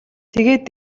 тэгээд